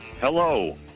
Hello